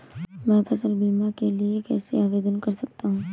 मैं फसल बीमा के लिए कैसे आवेदन कर सकता हूँ?